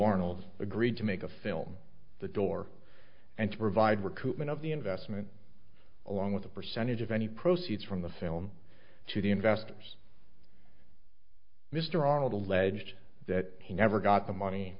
arnold agreed to make a film the door and to provide recruitment of the investment along with a percentage of any proceeds from the film to the investors mr arnold alleged that he never got the money